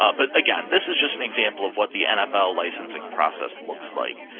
ah but again, this is just an example of what the nfl licensing process looks like.